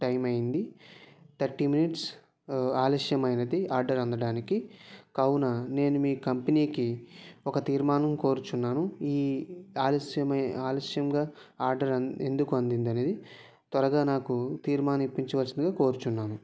time అయ్యింది thirty minutes ఆలస్యమైనది order అందడానికి కావున నేను మీ కంపెనీకి ఒక తీర్మానం కోరుచున్నాను ఈ ఆలస్యమై ఆలస్యంగా ఆర్డర్ ఎందుకు అందింది అనేది త్వరగా నాకు తీర్మానం ఇప్పించవల్సిందిగా కోరుచున్నాను